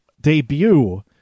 debut